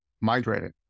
migrated